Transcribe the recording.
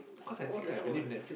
like what the hell right